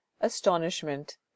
astonishment